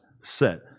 set